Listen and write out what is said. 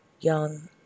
young